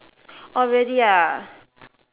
oh really ah